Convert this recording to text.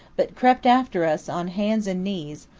but crept after us on hands and knees,